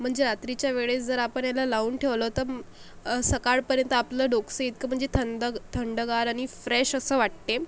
म्हणजे रात्रीच्या वेळेस जर आपण याला लावून ठेवलं तर सकाळपर्यंत आपलं डोकं इतकं म्हणजे थंडग् थंडगार आणि फ्रेश असं वाटते